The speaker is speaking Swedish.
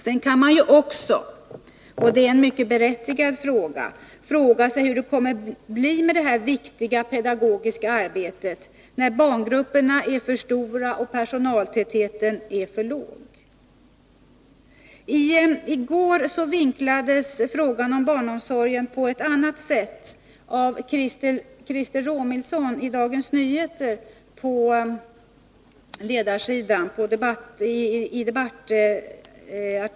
Sedan kan man ju också fråga sig, och det är en mycket berättigad fråga, hur det kommer att bli med det viktiga pedagogiska arbetet, när barngrupperna är för stora och personaltätheten för låg. I går vinklades frågan om barnomsorgen på ett annat sätt av Christer Romilson i en debattartikel på ledarsidan i Dagens Nyheter.